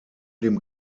dem